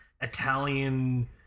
Italian